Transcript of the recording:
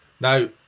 Now